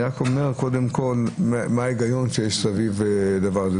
אני רק אומר קודם כול מה ההיגיון שיש סביב לדבר הזה,